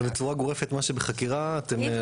אבל בצורה גורפת, מה שבחקירה, אתם לא נותנים.